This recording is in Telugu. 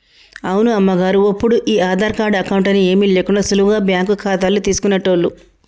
అవును అమ్మగారు ఒప్పుడు ఈ ఆధార్ కార్డు అకౌంట్ అని ఏమీ లేకుండా సులువుగా బ్యాంకు ఖాతాలు తీసుకునేటోళ్లు